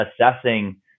assessing